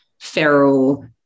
feral